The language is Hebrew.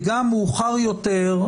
וגם מאוחר יותר,